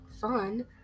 fun